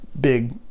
big